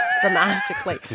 dramatically